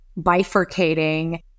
bifurcating